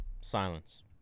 silence